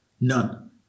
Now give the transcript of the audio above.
None